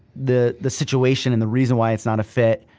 the the situation and the reason why it's not a fit,